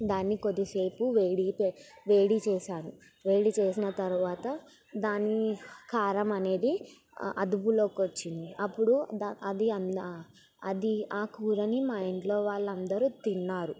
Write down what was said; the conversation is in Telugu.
దాన్ని కొద్దిసేపు వేడి వేడి చేశాను వేడి చేసిన తర్వాత దాన్ని కారం అనేది అదుపులోకి వచ్చింది అప్పుడు అది అది ఆ కూరని మా ఇంట్లో వాళ్ళందరూ తిన్నారు